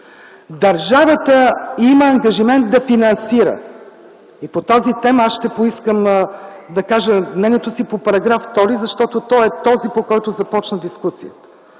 Държавата има ангажимент да финансира и по тази тема аз ще поискам да кажа мнението си по § 2, защото той е този, по който започна дискусията.